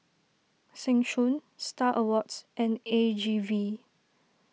Seng Choon Star Awards and A G V